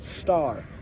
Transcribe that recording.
Star